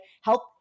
help